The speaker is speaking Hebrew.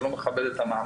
זה לא מכבד את המעמד,